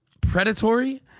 predatory